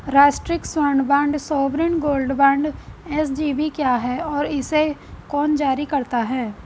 राष्ट्रिक स्वर्ण bond sovereign gold bond SGB क्या है और इसे कौन जारी करता है?